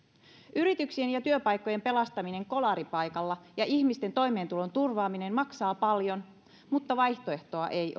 yrityksien ja työpaikkojen pelastaminen kolaripaikalla ja ihmisten toimeentulon turvaaminen maksaa paljon mutta vaihtoehtoa ei